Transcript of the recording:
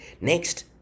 next